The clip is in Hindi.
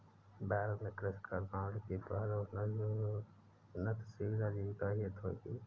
भारत ने कृषि खाद्य प्रणाली की पहल उन्नतशील आजीविका हेतु की